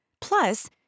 Plus